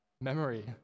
memory